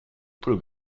polo